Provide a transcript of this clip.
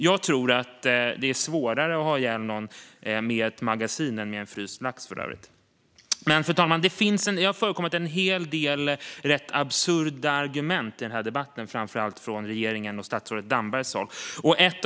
Jag tror för övrigt att det är svårare att ha ihjäl någon med ett magasin än med en fryst lax. Fru talman! Det har förekommit en hel del rätt absurda argument i den här debatten, framför allt från regeringens och statsrådet Dambergs håll.